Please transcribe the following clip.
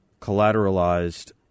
collateralized